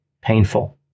painful